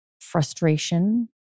frustration